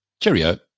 cheerio